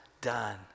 done